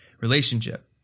relationship